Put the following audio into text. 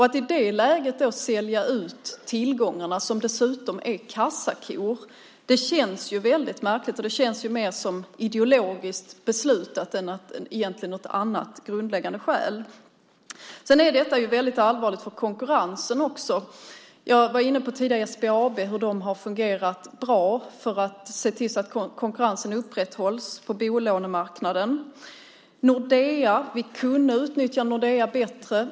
Att i det läget sälja ut tillgångar som dessutom är kassakor känns väldigt märkligt. Det känns mer som om det är ett ideologiskt beslut än att det finns något annat grundläggande skäl. Detta är också väldigt allvarligt för konkurrensen. Jag talade tidigare om att SBAB har fungerat bra för att se till att konkurrensen upprätthålls på bolånemarknaden. Vi skulle kunna utnyttja Nordea bättre.